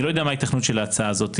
אני לא יודע מה ההיתכנות של ההצעה הזאת,